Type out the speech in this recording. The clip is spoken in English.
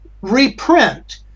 Reprint